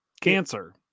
cancer